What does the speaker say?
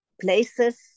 places